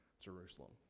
Jerusalem